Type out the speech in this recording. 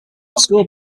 school